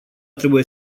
trebuie